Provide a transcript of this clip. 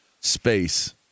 space